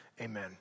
amen